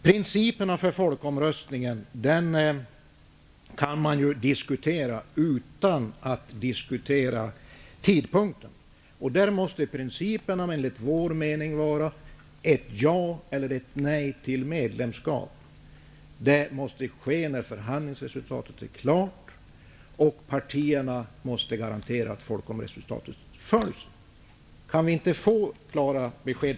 Principerna för folkomröstningen kan ju diskuteras utan att man diskuterar tidpunkten. Principerna måste enligt vår mening vara ett ja eller ett nej till medlemskap. Folkomröstningen skall ske när förhandlingsresultatet är klart. Partierna måste garantera att folkomröstningsresultatet följs.